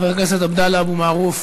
חבר הכנסת עבדאללה אבו מערוף,